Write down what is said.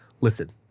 listen